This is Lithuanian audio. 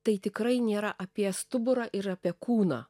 tai tikrai nėra apie stuburą ir apie kūną